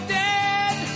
dead